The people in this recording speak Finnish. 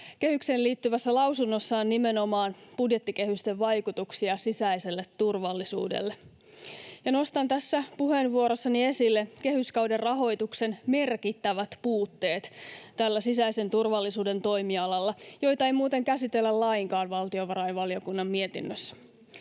kehykseen liittyvässä lausunnossaan nimenomaan budjettikehysten vaikutuksia sisäiselle turvallisuudelle. Nostan tässä puheenvuorossani esille kehyskauden rahoituksen merkittävät puutteet tällä sisäisen turvallisuuden toimialalla, joita ei muuten käsitellä lainkaan valtiovarainvaliokunnan mietinnössä.